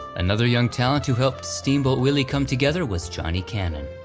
another young talent who helped steamboat willie come together was johnny cannon.